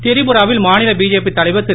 திரிபுரா வில் மாநில பிஜேபி தலைவர் திரு